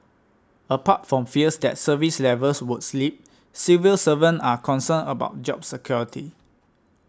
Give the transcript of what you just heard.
apart from fears that service levels would slip civil servants are concerned about job security